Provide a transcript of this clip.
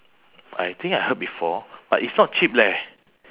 I think I heard before but it's not cheap leh